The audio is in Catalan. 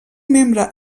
membre